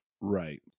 Right